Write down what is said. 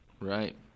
Right